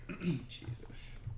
Jesus